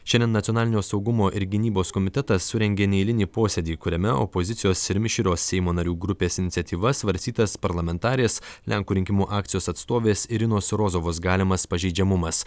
šiandien nacionalinio saugumo ir gynybos komitetas surengė neeilinį posėdį kuriame opozicijos ir mišrios seimo narių grupės iniciatyva svarstytas parlamentarės lenkų rinkimų akcijos atstovės irinos rozovos galimas pažeidžiamumas